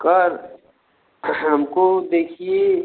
कर हमको देखिए